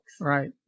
right